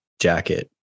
jacket